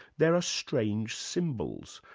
there are strange symbols,